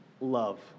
love